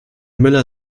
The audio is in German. müller